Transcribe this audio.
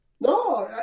No